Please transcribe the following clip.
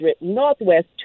Northwest